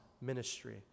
ministry